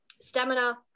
stamina